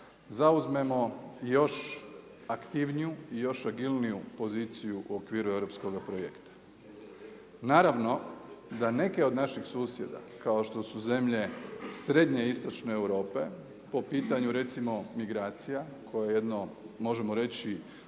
zauzmemo još aktivniju i još agilniju poziciju u okviru europskog projekta. Naravno da neki od naših susjeda, kao što su zemlje srednje i istočne Europe, po pitanju recimo migracija koja je jedno, možemo reći